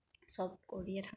চব কৰিয়ে থাকোঁ